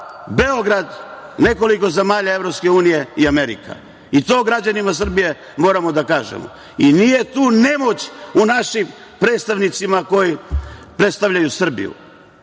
Beograd, nekoliko zemalja EU i Amerika. To građanima Srbije moramo da kažemo. I nije tu nemoć u našim predstavnicima koji predstavljaju Srbiju,